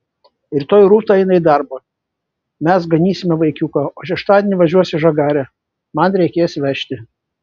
rytoj rūta eina į darbą mes ganysime vaikiuką o šeštadienį važiuos į žagarę man reikės vežti